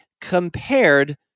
compared